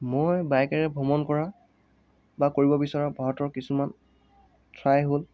মই বাইকেৰে ভ্ৰমণ কৰা বা কৰিব বিচৰা ভাৰতৰ কিছুমান ঠাই হ'ল